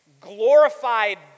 glorified